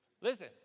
Listen